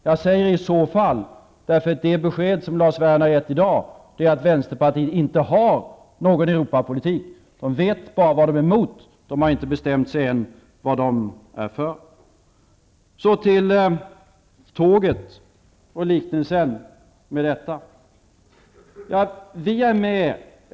Jag säger ''i så fall'', eftersom det besked som Lars Werner har givit i dag är att Vänsterpartiet inte har någon Europapolitik. Man vet bara vad man är emot -- man har ännu inte bestämt sig för vad man är för. Så till liknelsen med tåget.